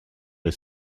les